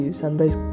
sunrise